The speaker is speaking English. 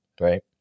right